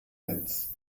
metz